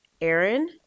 Aaron